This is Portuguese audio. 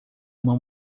uma